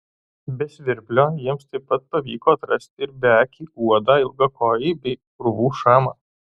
be svirplio jiems taip pat pavyko atrasti ir beakį uodą ilgakojį bei urvų šamą